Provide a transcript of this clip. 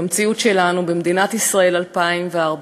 במציאות שלנו, במדינת ישראל 2014,